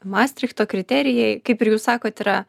mastrichto kriterijai kaip ir jūs sakot yra